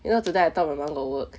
you know today I thought my mum got work